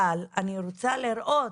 אבל אני רוצה לראות